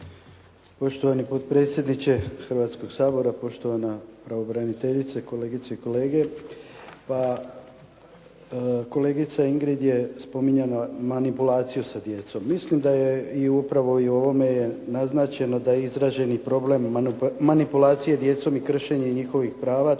Poštovani potpredsjedniče Hrvatskoga sabora, poštovana pravobraniteljice, kolegice i kolege. Kolegica Ingrid je spominjala manipulaciju sa djecom. Mislim da je i upravo u ovome je naznačeno da je izražen i problem manipulacije djecom i kršenje njihovih prava